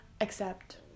accept